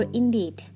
indeed